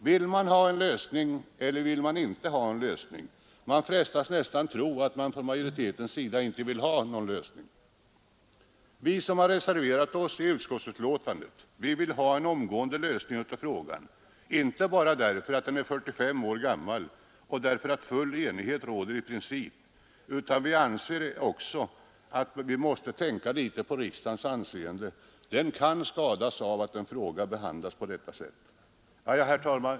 Vill man ha en lösning eller vill man inte ha en lösning? Jag frestas nästan tro att majoriteten inte vill ha någon lösning. Vi som reserverat oss i utskottsbetänkandet vill ha frågan löst omgående, inte bara därför att den är 45 år gammal och därför att full enighet råder i princip utan också därför att vi anser att riksdagen måste tänka litet på sitt anseende. Det kan skadas av att en fråga behandlas på detta sätt. Herr talman!